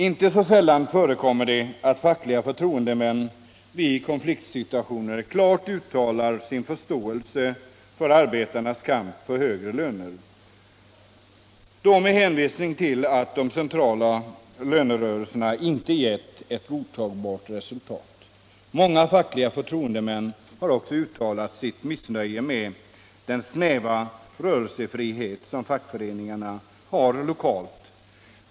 Inte så sällan förekommer det att fackliga förtroendemän i konfliktsituationer klart uttalar sin förståelse för arbetarnas kamp för högre löner, då med hänvisning till att de centrala lönerörelserna inte har givit ett godtagbart resultat. Många fackliga förtroendemän har också uttalat sitt missnöje med den snäva rörelsefrihet som fackföreningarna har lokalt.